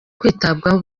kwitabwaho